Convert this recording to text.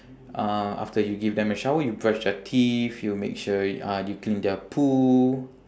uh after you give them a shower you brush their teeth you make sure uh you clean their poo